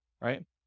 Right